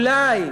אולי.